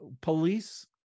police